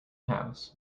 house